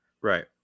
Right